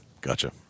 Gotcha